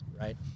right